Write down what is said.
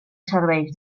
serveix